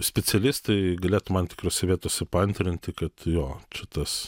specialistai galėtų man tikrose vietose paantrinti kad jo čia tas